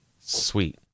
Sweet